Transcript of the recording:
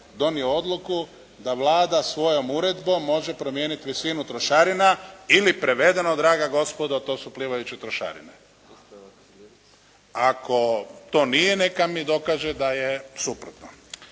donio odluku da Vlada svojom uredbom može promijeniti visinu trošarina ili prevedeno draga gospodo to su plivajuće trošarine. Ako to nije neka mi dokaže da je suprotno.